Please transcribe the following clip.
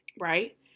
right